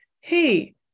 hey